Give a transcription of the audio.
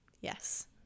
Yes